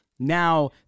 now